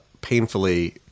painfully